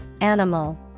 animal